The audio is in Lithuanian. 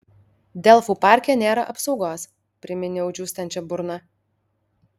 delfų parke nėra apsaugos priminiau džiūstančia burna